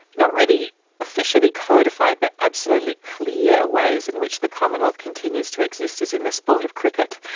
not really officially codified but absolutely clear ways in which the commonwealth continues to exist is in the sport of cricket,